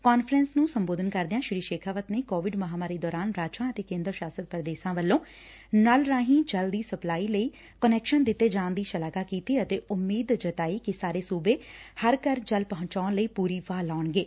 conference ਨੂੰ ਸੰਬੋਧਨ ਕਰਦਿਆਂ ਸ੍ਰੀ ਸੈਖ਼ਾਵਤ ਨੇ ਕੋਵਿਡ ਮਹਾਮਾਰੀ ਦੌਰਾਨ ਰਾਜਾ ਅਤੇ ਕੇਂਦਰ ਸ਼ਾਸਤ ਪੁਦੇਸਾਂ ਵੱਲੋਂ ਨਲ ਰਾਹੀ ਜਲ ਦੀ ਸਪਲਾਈ ਲਈ ਕੰਨਕੈਸਨ ਦਿੱਤੇ ਜਾਣ ਦੀ ਸ਼ਲਾਘਾ ਕੀਤੀ ਅਤੇ ਉਮੀਦ ਜਤਾਈ ਕਿ ਸਾਰੇ ਸੁਬੇ ਹਰ ਘਰ ਜਲ ਪਹੁੰਚਾਣ ਲਈ ਪੁਰੀ ਵਾਹ ਲਾਉਣਗੇ